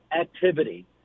activity